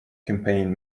campaign